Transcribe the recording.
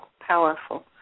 powerful